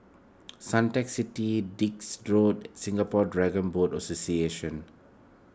Suntec City Dix Road Singapore Dragon Boat Association